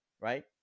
right